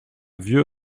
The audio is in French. vieux